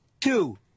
Two